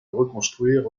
reconstruire